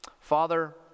Father